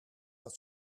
dat